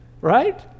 right